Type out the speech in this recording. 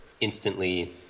instantly